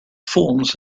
forms